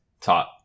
taught